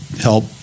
help